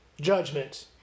judgment